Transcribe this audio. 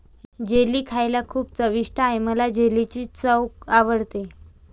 jelly खायला खूप चविष्ट आहे मला जेलीची चव आवडते